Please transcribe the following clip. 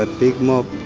ah big mob,